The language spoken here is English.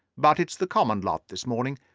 but it's the common lot this morning.